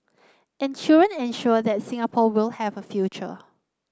and children ensure that Singapore will have a future